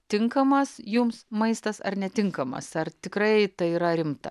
tinkamas jums maistas ar netinkamas ar tikrai tai yra rimta